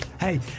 Hey